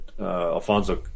Alfonso